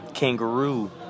kangaroo